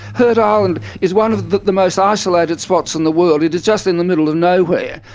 heard island is one of the the most isolated spots in the world. it is just in the middle of nowhere.